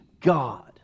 God